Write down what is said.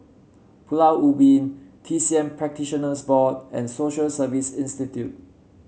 Pulau Ubin T C M Practitioners Board and Social Service Institute